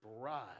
bride